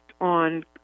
on